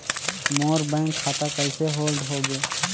मोर bank खाता कइसे hold होगे?